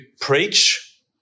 preach